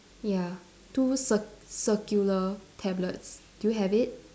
ya two cir~ circular tablets do you have it